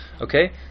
okay